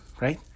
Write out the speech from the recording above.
right